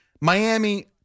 Miami